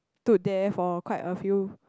stood there for like quite a few